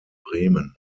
bremen